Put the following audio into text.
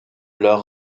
leur